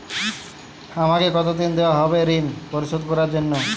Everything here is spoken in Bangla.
আমাকে কতদিন দেওয়া হবে ৠণ পরিশোধ করার জন্য?